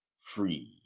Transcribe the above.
free